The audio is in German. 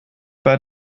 bei